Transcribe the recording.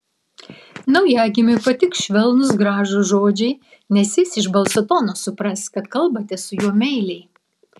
naujagimiui patiks švelnūs gražūs žodžiai nes jis iš balso tono supras kad kalbate su juo meiliai